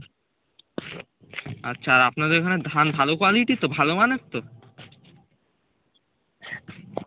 আচ্ছা আর আপনাদের ওখানে ধান ভালো কোয়ালিটির তো ভালো মানের তো